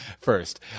first